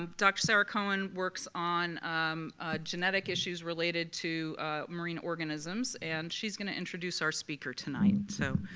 um dr. sarah cohen works on genetic issues related to marine organisms and she's going to introduce our speaker tonight. so,